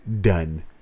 done